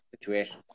situation